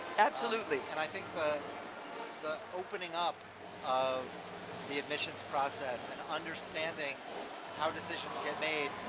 absolutely. and i think the the opening up of the admissions process and understanding how decisions get made,